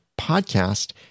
podcast